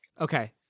Okay